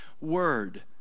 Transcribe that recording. word